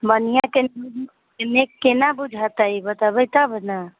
बन्हिया बन्हिया कैंडिडेट केना बुझेतै बतेबै तब नऽ